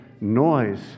Noise